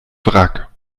wrack